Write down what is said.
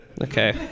Okay